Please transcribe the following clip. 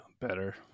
better